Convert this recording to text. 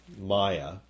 maya